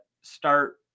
start